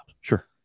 Sure